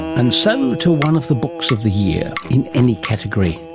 and so to one of the books of the year in any category,